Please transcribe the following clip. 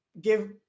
give